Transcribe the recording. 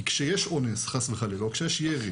כי כשיש אונס חס וחלילה או כשיש ירי,